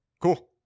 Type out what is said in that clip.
cool